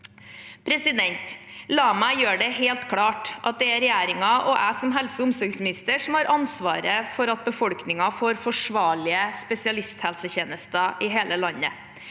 avgjørelse. La meg gjøre det helt klart at det er regjeringen og jeg som helse- og omsorgsminister som har ansvaret for at befolkningen får forsvarlige spesialisthelsetjenester i hele landet.